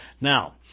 Now